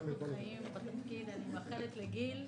אני מאחלת לגיל,